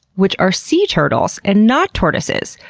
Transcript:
which are sea turtles and not tortoises!